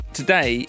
today